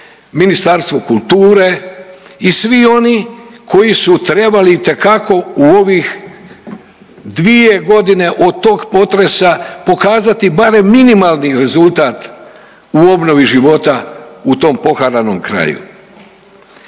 Ministarstvo kulture i svi oni koji su trebali itekako u ovih 2.g. od tog potresa pokazati barem minimalni rezultat u obnovi života u tom poharanom kraju.